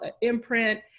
imprint